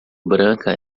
branca